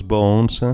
Bones